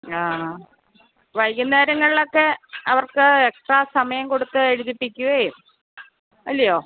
ആ വൈകുന്നേരങ്ങളിലൊക്കെ അവർക്ക് എക്സ്ട്രാ സമയം കൊടുത്ത് എഴുതിപ്പിക്ക്വേം അല്ലയോ